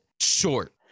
short